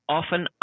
often